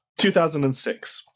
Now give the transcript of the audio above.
2006